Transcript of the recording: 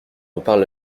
reparle